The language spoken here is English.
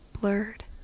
blurred